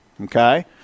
Okay